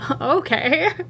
Okay